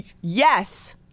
Yes